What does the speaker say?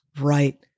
right